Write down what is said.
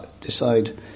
decide